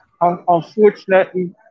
Unfortunately